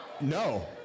No